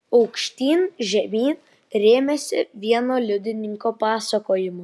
aukštyn žemyn rėmėsi vieno liudininko pasakojimu